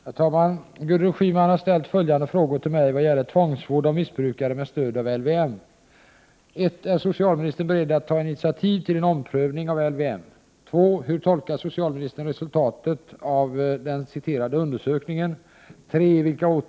Herr talman! Gudrun Schyman har ställt följande frågor till mig vad gäller tvångsvård av missbrukare med stöd av LVM: 1. Är socialministern beredd att ta initiativ till en omprövning av LYM? 2. Hur tolkar socialministern resultaten av den citerade undersökningen?